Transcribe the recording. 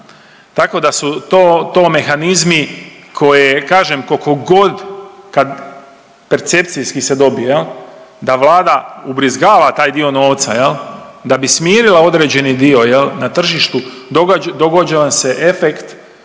Tako da su to, to mehanizmi koje kažem kolko god kad percepcijski se dobije jel da vlada ubrizgava taj dio novca jel da bi smirila određeni dio jel na tržištu, događa vam se efekt